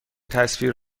تصویر